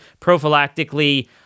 prophylactically